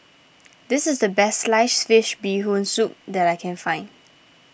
this is the best Sliced Fish Bee Hoon Soup that I can find